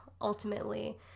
ultimately